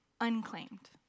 unclaimed